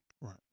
Right